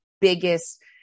biggest